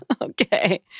Okay